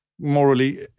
morally